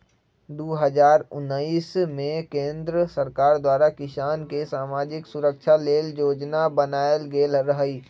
दू हज़ार उनइस में केंद्र सरकार द्वारा किसान के समाजिक सुरक्षा लेल जोजना बनाएल गेल रहई